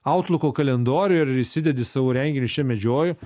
outlooko kalendorių ir įsidedi savo renginius čia medžioju